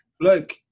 look